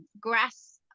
grass